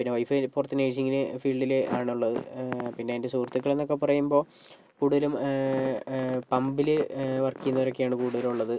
പിന്നെ വൈഫ് പുറത്തു നേഴ്സിംഗിന് ഫീൽഡിൽ ആണുള്ളത് പിന്നെ എൻ്റെ സുഹൃത്തുക്കളെന്നൊക്കെ പറയുമ്പോൾ കൂടുതലും പമ്പിൽ വർക്ക് ചെയ്യുന്നവരൊക്കെയാണ് കൂടുതലുള്ളത്